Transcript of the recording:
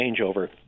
changeover